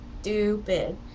stupid